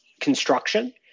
construction